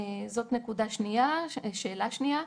זאת שאלה שנייה.